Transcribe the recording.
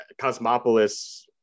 Cosmopolis